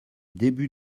début